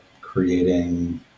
creating